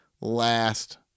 last